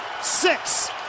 Six